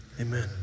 amen